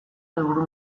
helburu